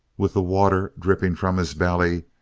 with the water dripping from his belly,